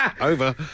Over